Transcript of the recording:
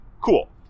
Cool